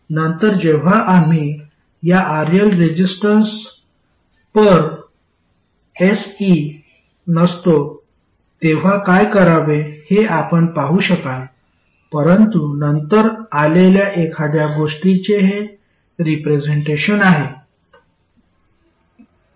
नंतर जेव्हा आम्ही या RL रेसिस्टन्स पर एसइ नसतो तेव्हा काय करावे हे आपण पाहू शकाल परंतु नंतर आलेल्या एखाद्या गोष्टीचे हे रिप्रेझेंटेशन आहे